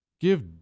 Give